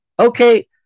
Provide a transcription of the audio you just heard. okay